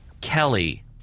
Kelly